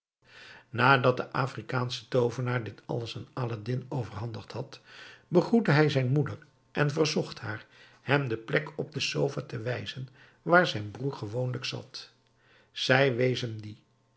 nadat de afrikaansche toovenaar dit alles aan aladdin overhandigd had begroette hij zijn moeder en verzocht haar hem de plek op de sofa te wijzen waar zijn broer gewoonlijk zat zij wees hem dien